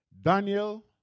Daniel